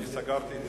לא, אני סגרתי את